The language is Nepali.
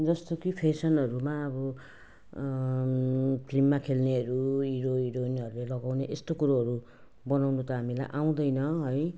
जस्तो कि फेसनहरूमा अब फिल्ममा खेल्नेहरू हिरो हिरोइनहरूले लगाउने यस्तो कुरोहरू बनाउनु त हामीलाई आउँदैन है